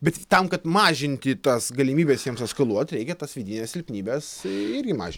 bet tam kad mažinti tas galimybes jiems eskaluoti reikia tas vidines silpnybes irgi mažint